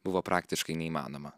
buvo praktiškai neįmanoma